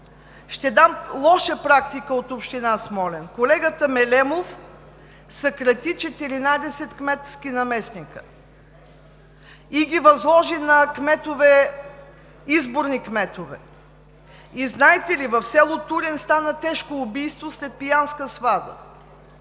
Ще дам лоша практика от община Смолян. Колегата Мелемов съкрати 14 кметски наместника. Възложи ги на изборни кметове. Знаете ли, в село Турен стана тежко убийство след пиянска свада?